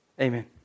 Amen